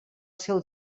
seu